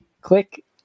click